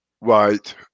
Right